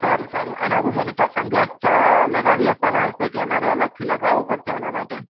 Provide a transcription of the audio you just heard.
સારું સારું આ ઉપર મને ટફન ગ્લાસ લગાવી આપવામાં આવશે કે અમારે અલગથી લગાવવો પડશે એના માટે